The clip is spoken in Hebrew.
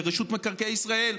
רשות מקרקעי ישראל,